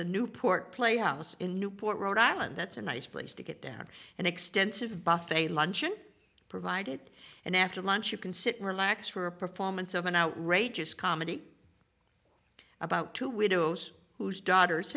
the newport playhouse in newport rhode island that's a nice place to get down an extensive bof a luncheon provided and after lunch you can sit and relax for a performance of an outrageous comedy about two widows whose daughter